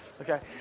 Okay